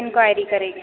inquiry ਕਰੇਗੀ